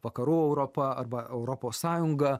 vakarų europa arba europos sąjunga